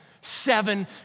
Seven